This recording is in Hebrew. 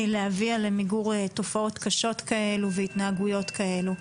להביא למיגור תופעות קשות כאלה והתנהגויות כאלה.